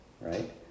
right